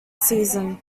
season